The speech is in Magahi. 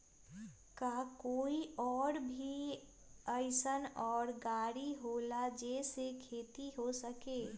का कोई और भी अइसन और गाड़ी होला जे से खेती हो सके?